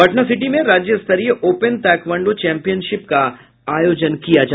Patna city में राज्य स्तरीय ओपन ताइक्वांडो चैंपियनशिप का आयोजन किया गया